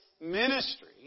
ministry